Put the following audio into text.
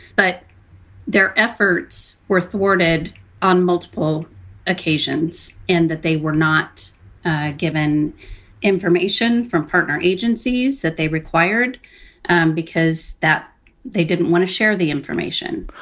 but their efforts were thwarted on multiple occasions and that they were not given information from partner agencies that they required and because that they didn't want to share the information.